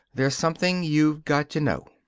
there's something you've got to know.